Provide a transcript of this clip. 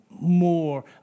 more